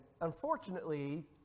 unfortunately